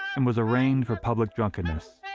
and was arraigned for public drunkenness.